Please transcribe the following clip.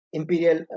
imperial